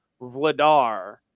Vladar